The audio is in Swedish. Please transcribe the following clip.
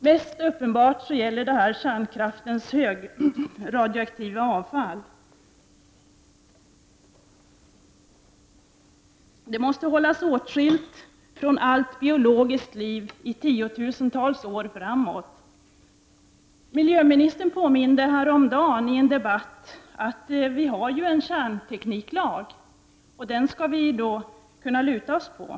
Mest uppenbart gäller detta kärnkraftens högradioaktiva avfall. Det måste hållas åtskilt från allt biologiskt liv i tiotusentals år framåt. Miljöministern påminde häromdagen i en debatt om att vi ju har en kärntekniklag, som vi skall hålla oss till.